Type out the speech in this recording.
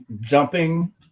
jumping